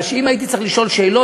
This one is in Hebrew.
כי אם הייתי צריך לשאול שאלות,